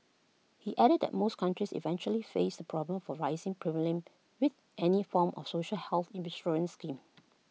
he added that most countries eventually face the problem for rising premiums with any form of social health insurance scheme